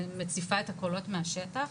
מציפה את הקולות מהשטח,